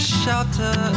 shelter